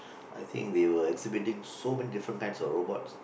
I think they were exhibiting so many different kinds of robots